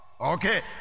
Okay